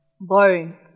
boring